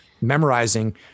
memorizing